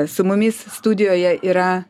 su mumis studijoje yra